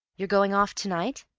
you're going off to-night?